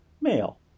male